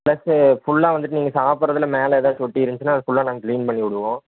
plus ஃபுல்லாக வந்துட்டு நீங்கள் சாப்புடுறதுல மேலே ஏதாச்சும் ஒட்டிருந்துச்சுன்னா அது ஃபுல்லாக நாங்கள் கிளீன் பண்ணி விடுவோம்